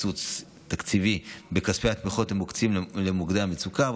קיצוץ תקציבי בכספי התמיכות המוקצים למוקדי המצוקה.